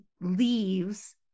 leaves